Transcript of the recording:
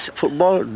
football